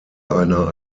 einer